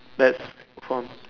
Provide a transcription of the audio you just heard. let's come